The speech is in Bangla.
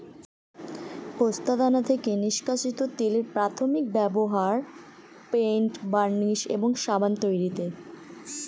পোস্তদানা থেকে নিষ্কাশিত তেলের প্রাথমিক ব্যবহার পেইন্ট, বার্নিশ এবং সাবান তৈরিতে